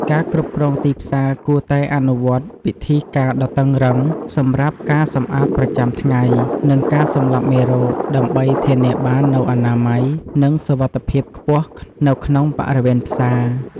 ការគ្រប់គ្រងទីផ្សារគួរតែអនុវត្តពិធីការដ៏តឹងរ៉ឹងសម្រាប់ការសម្អាតប្រចាំថ្ងៃ និងការសម្លាប់មេរោគ ដើម្បីធានាបាននូវអនាម័យ និងសុវត្ថិភាពខ្ពស់នៅក្នុងបរិវេណផ្សារ។